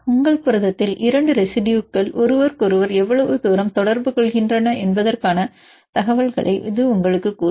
உங்கள் புரதத்தில் உள்ள இரண்டு ரெசிடுயுகள் ஒருவருக்கொருவர் எவ்வளவு தூரம் தொடர்பு கொள்கின்றன என்பதற்கான தகவல்களை இது உங்களுக்குக் கூறும்